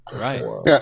right